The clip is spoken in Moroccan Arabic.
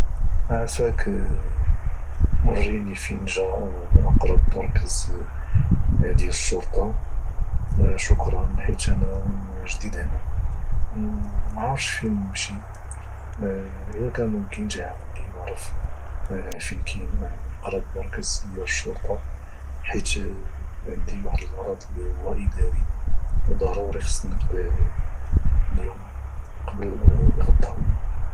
عفاك وريني فين جا اقرب مركز ديال الشرطة شكرا حيت انا جديد هنا معارفش فين نمشي الى كان ممكن تعاوني نعرف اقرب مركز صحي حيت عندي واحد الغرض اداري وضروري خصني نقضيه اليوم قبل غدا